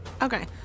Okay